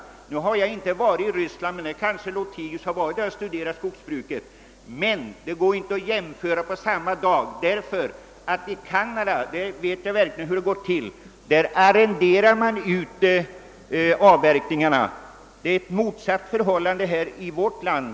Själv har jag inte studerat skogsbruket i Ryssland, men herr Lothigius har kanske gjort det där. Däremot vet jag hur det går till i Canada, och skogsbruket där kan inte jämföras med det svenska. I Canada arrenderar staten ut avverkningarna medan vi har ett motsatt förhållande i vårt land.